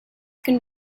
can